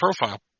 profile